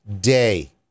day